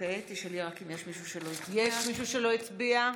יש מישהו שלא הצביע?